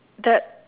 that